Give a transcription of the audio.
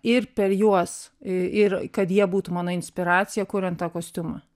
ir per juos ir kad jie būtų mano inspiracija kuriant tą kostiumą